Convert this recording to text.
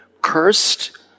Cursed